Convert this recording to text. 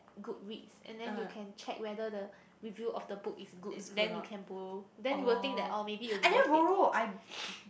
good reads and then you can check whether the review of the book is good then you can borrow then you will think that orh maybe it will be worth it